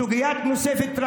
סוגיה נוספת,